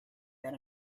that